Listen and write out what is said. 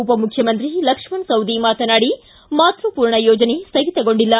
ಉಪಮುಖ್ಯಮಂತ್ರಿ ಲಕ್ಷ್ಮಣ ಸವದಿ ಮಾತನಾಡಿ ಮಾತೃಪೂರ್ಣ ಯೋಜನೆ ಸ್ಯಗಿತಗೊಂಡಿಲ್ಲ